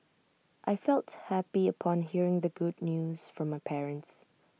I felt happy upon hearing the good news from my parents